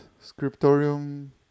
Scriptorium